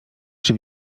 czy